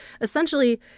essentially